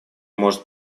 может